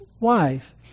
wife